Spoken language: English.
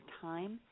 time